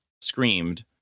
screamed